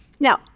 Now